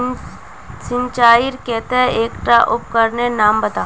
सिंचाईर केते एकटा उपकरनेर नाम बता?